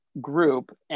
group